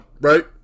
Right